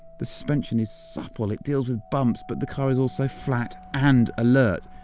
the suspension is supple. it deals with bumps, but the car is also flat and alert.